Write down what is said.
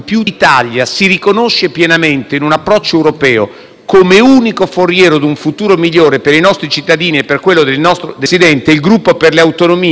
come unico foriero di un futuro migliore per i nostri cittadini e per quello dell'intero continente, signor Presidente, il Gruppo per le autonomie, che qui ho l'onore di rappresentare sicuramente sottoscrive in pieno tali dichiarazioni.